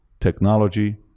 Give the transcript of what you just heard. technology